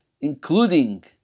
including